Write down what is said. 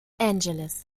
angeles